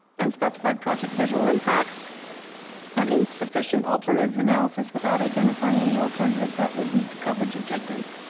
unspecified, project visual impacts and insufficient alternatives analysis without identifying any alternative that would meet the coverage. objective,